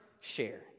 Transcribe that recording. share